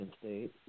state